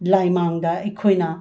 ꯂꯥꯏꯃꯥꯡꯗ ꯑꯩꯈꯣꯏꯅ